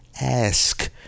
ask